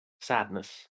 sadness